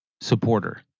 supporter